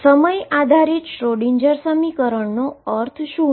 time આધારિત Schrodinger સમીકરણનો શું અર્થ છે